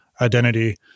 identity